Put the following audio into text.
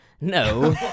No